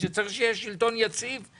כשיש שלטון שהוא נושא באחריות,